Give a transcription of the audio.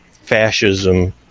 fascism